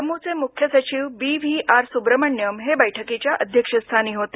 जम्मूचे मुख्य सचिव बी व्ही आर सुब्रमण्यम हे बैठकीच्या अध्यक्षस्थानी होते